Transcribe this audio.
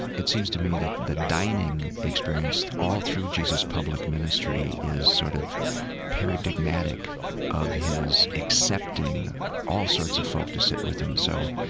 it seems to me that the dining experience all through jesus' public ministry is sort of paradigmatic of his accepting all sorts of folk to sit with him. so,